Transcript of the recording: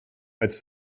als